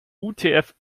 utf